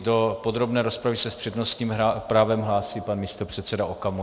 Do podrobné rozpravy se s přednostním právem hlásí pan místopředseda Okamura.